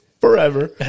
Forever